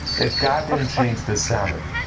if god didn't change the sabbath,